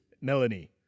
Melanie